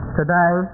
today